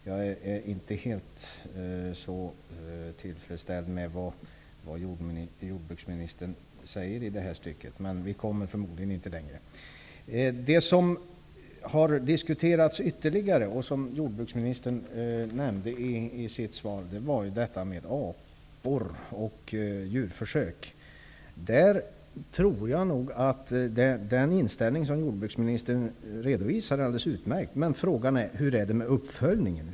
Jag är inte så tillfredsställd med vad jordbruksministern säger i detta stycke, men vi kommer förmodligen inte längre. Jordbruksministern nämnde också detta med apor och djurförsök i sitt svar. Den inställning som jordbruksministern redovisar är alldeles utmärkt. Men frågan är hur det är med uppföljningen.